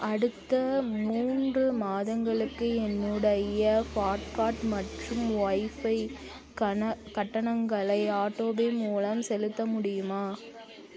அடுத்த மூன்று மாதங்களுக்கு என்னுடைய ஃபாட்காட் மற்றும் ஒய்ஃபைக்கான கட்டணங்களை ஆட்டோபே மூலம் செலுத்த முடியுமா